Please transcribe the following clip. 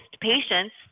patients